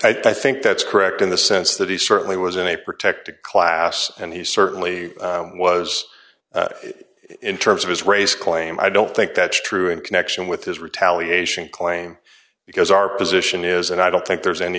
appeal i think that's correct in the sense that he certainly was in a protected class and he certainly was in terms of his race claim i don't think that's true in connection with his retaliation claim because our position is and i don't think there's any